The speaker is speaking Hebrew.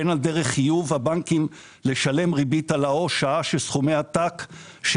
בין על דרך חיוב הבנקים לשלם ריבית על העו"ש שעה שסכומי עתק של